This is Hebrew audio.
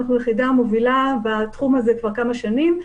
אנחנו היחידה המובילה בתחום הזה כבר כמה שנים,